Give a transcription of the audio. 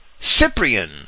Cyprian